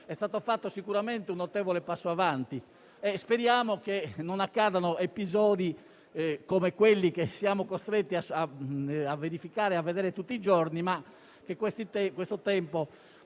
è stato fatto sicuramente un notevole passo avanti. Speriamo che non accadano episodi come quelli che siamo costretti a vedere tutti i giorni e che il suddetto